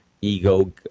ego